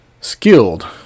skilled